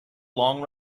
long